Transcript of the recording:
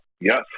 Yes